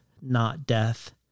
not-death